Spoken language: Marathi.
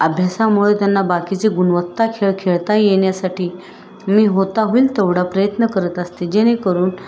अभ्यासामुळे त्यांना बाकीचे गुणवत्ता खेळ खेळता येण्यासाठी मी होता होईल तेवढा प्रयत्न करत असते जेणेकरून